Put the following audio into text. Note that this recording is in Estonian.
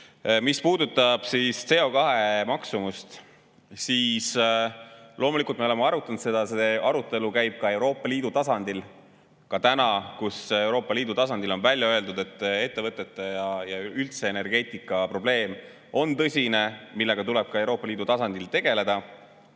Mis puudutab CO2maksumust, siis loomulikult me oleme seda arutanud, see arutelu käib ka Euroopa Liidu tasandil. Euroopa Liidu tasandil on välja öeldud, et ettevõtete ja üldse energeetika probleem on tõsine ja sellega tuleb ka Euroopa Liidu tasandil tegeleda.